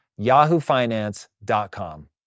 yahoofinance.com